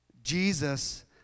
Jesus